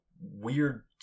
weird